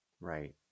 right